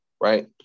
Right